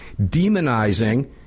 demonizing